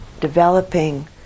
developing